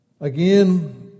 Again